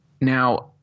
Now